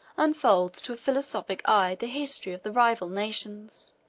unfolds to a philosophic eye the history of the rival nations.